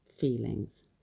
feelings